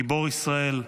גיבור ישראל,